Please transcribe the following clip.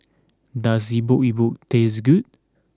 does Epok Epok taste good